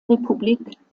republik